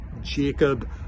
jacob